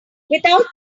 without